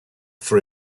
for